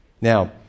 Now